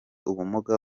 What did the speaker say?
ubumuga